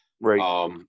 right